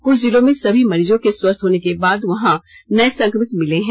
क्छ जिलों में सभी मरीजों के स्वस्थ होने के बाद वहां नए संक्रमित मिले हैं